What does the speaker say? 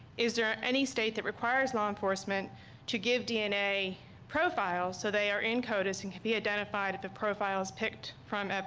is there any state that requires law enforcement to give dna profiles so they are in codes and can be identified if a profile is picked from.